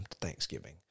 Thanksgiving